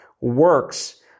works